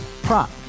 Prop